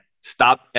Stop